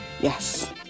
yes